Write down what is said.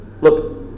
Look